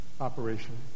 operation